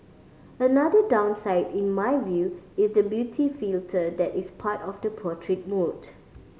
another downside in my view is the beauty filter that is part of the portrait mode